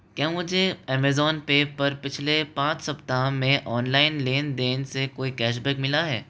क्या मुझे अमेज़ोन पे पर पिछले पाँच सप्ताह में ऑनलाइन लेन देन से कोई कैशबैक मिला है